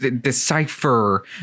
decipher